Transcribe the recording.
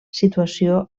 situació